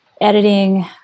editing